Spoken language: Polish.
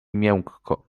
miękko